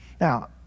Now